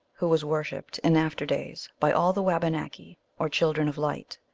who was worshiped in after-days by all the wabanaki, or children of light,